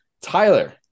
Tyler